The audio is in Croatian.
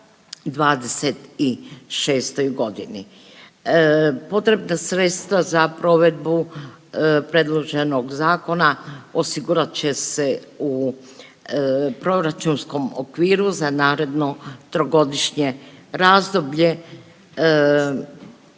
2026. godini. Potrebna sredstva za provedbu predloženog zakona osigurat će se u proračunskom okviru za naredno trogodišnje razdoblje